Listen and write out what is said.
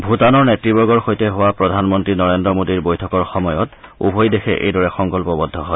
ভূটানৰ নেত়বৰ্গৰ সৈতে হোৱা প্ৰধানমন্ত্ৰী নৰেন্দ্ৰ মোদী বৈঠকৰ সময়ত উভয় দেশে এইদৰে সংকল্পবদ্ধ হয়